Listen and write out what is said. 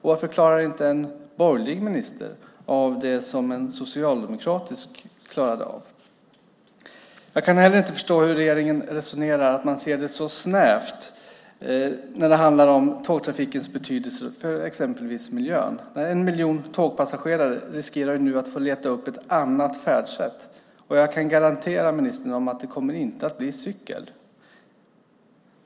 Varför klarar inte en borgerlig minister av det som en socialdemokratisk minister klarade av? Jag kan heller inte förstå hur regeringen resonerar när man ser det så snävt när det handlar om tågtrafikens betydelse för exempelvis miljön. En miljon tågpassagerare riskerar nu att få leta upp ett annat färdsätt, och jag kan garantera ministern att det inte kommer att bli cykel.